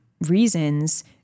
reasons